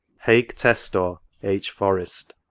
haec testor h. forest.